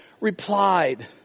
replied